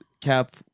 Cap